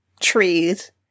trees